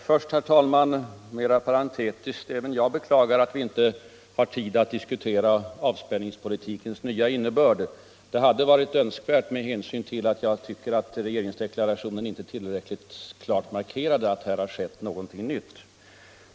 Herr talman! Först vill jag mera parentetiskt säga att även jag beklagar att vi inte har tid att diskutera avspänningspolitikens nya innebörd. Det hade varit önskvärt att göra det med hänsyn till att jag tycker att regeringsdeklarationen inte tillräckligt har markerat att det här har skett något nytt.